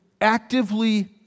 actively